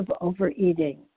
overeating